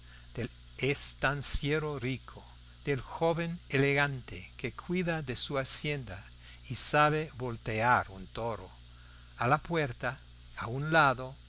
del estanciero rico del joven elegante que cuida de su hacienda y sabe voltear un toro a la puerta a un lado